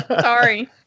Sorry